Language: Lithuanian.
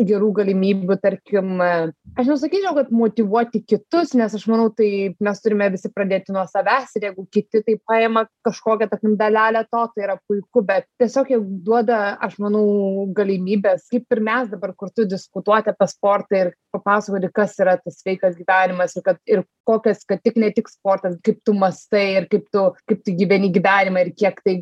gerų galimybių tarkim aš nesakyčiau kad motyvuoti kitus nes aš manau taip mes turime visi pradėti nuo savęs ir jeigu kiti tai paima kažkokią dalelę to tai yra puiku bet tiesiog jau duoda aš manau galimybes kaip ir mes dabar kartu diskutuot apie sportą ir papasakoti kas yra tas sveikas gyvenimas ir kad ir kokios kad tik ne tik sportas kaip tu mąstai ir kaip tu kaip tu gyveni gyvenimą ir kiek tai